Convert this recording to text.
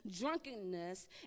drunkenness